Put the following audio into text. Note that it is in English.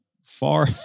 far